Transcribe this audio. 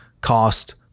cost